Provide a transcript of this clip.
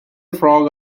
frog